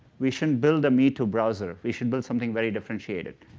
we shouldn't build a me-too browser, we should build something very differentiated.